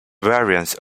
variants